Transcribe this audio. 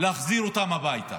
להחזיר אותם הביתה.